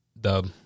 Dub